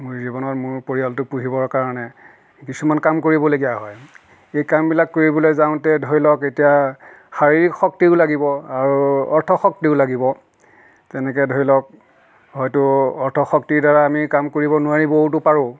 জীৱনত মোৰ পৰিয়ালটোক পুহিবৰ কাৰণে কিছুমান কাম কৰিবলগীয়া হয় এই কামবিলাক কৰিবলৈ যাওতে ধৰি লওক এতিয়া শাৰীৰিক শক্তিও লাগিব আৰু অৰ্থ শক্তিও লাগিব তেনেকৈ ধৰি লওক হয়তো অৰ্থ শক্তিৰ দ্বাৰা আমি কাম কৰিব নোৱাৰিবওটো পাৰোঁ